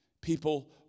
People